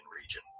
region